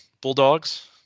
Bulldogs